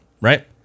right